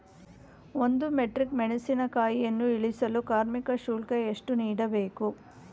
ಒಂದು ಮೆಟ್ರಿಕ್ ಮೆಣಸಿನಕಾಯಿಯನ್ನು ಇಳಿಸಲು ಕಾರ್ಮಿಕ ಶುಲ್ಕ ಎಷ್ಟು ನೀಡಬೇಕು?